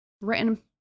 written